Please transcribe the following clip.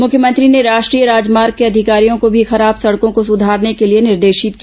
मुख्यमंत्री ने राष्ट्रीय राजमार्ग के अधिकारियों को भी खराब सड़कों को सुधारने के लिए निर्देशित किया